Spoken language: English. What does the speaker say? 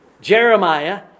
Jeremiah